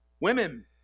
Women